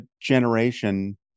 generation